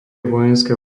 vojenské